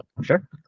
sure